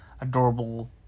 adorable